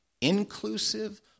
inclusive